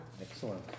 Excellent